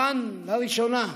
כאן, לראשונה,